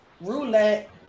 Roulette